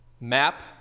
map